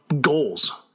goals